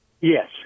Yes